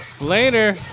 Later